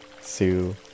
Sue